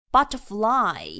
Butterfly